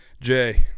Jay